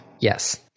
Yes